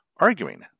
arguing